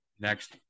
next